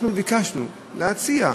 אנחנו ביקשנו להציע,